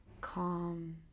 calm